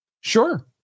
Sure